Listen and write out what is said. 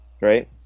right